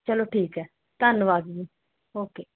ਚਲੋ ਠੀਕ ਹੈ ਧੰਨਵਾਦ ਜੀ ਓਕੇ